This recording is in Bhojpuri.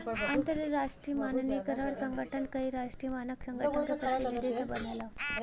अंतरराष्ट्रीय मानकीकरण संगठन कई राष्ट्रीय मानक संगठन के प्रतिनिधि से बनल हौ